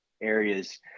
areas